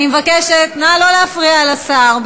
אני מבקשת, נא לא להפריע לשר.